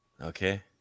Okay